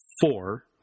four